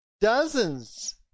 dozens